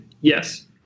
Yes